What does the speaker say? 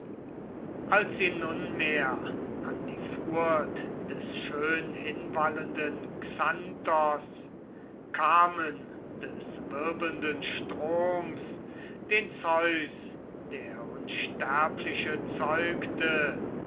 als sie nunmehr an die furt des schönhinwallenden xanthos kamen des wirbelnden stroms den zeus der unsterbliche zeugte